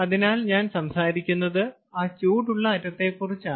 അതിനാൽ ഞാൻ സംസാരിക്കുന്നത് ആ ചൂടുള്ള അറ്റത്തെക്കുറിച്ചാണ്